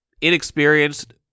inexperienced